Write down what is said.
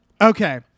okay